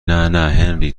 هنری